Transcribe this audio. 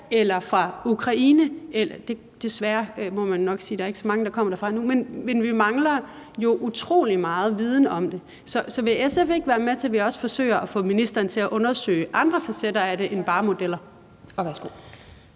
eller fra Ukraine – desværre, må man nok sige, for der er ikke så mange, der kommer derfra nu – men vi mangler jo utrolig meget viden om det. Så vil SF ikke være med til, at vi også forsøger at få ministeren til at undersøge andre facetter af det end bare modeller? Kl.